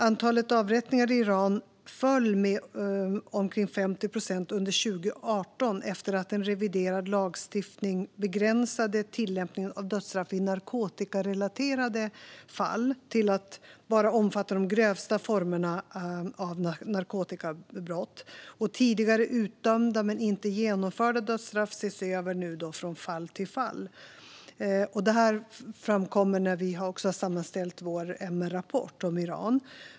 Antalet avrättningar i Iran föll med omkring 50 procent under 2018 efter att en reviderad lagstiftning begränsade tillämpningen av dödsstraff i narkotikarelaterade fall till att bara omfatta de grövsta formerna av narkotikabrott. Tidigare utdömda men inte genomförda dödsstraff ses nu över från fall till fall. Detta framkommer när vi sammanställer vår MR-rapport om Iran.